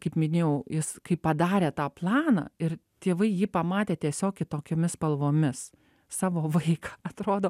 kaip minėjau jis kai padarė tą planą ir tėvai jį pamatė tiesiog kitokiomis spalvomis savo vaiką atrodo